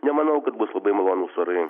nemanau kad bus labai malonūs orai